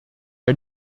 are